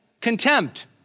contempt